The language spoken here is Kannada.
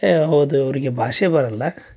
ಹೆ ಹೌದು ಅವರಿಗೆ ಭಾಷೆ ಬರಲ್ಲ